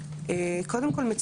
קודם כל,